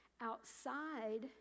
Outside